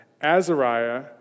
Azariah